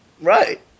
Right